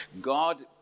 God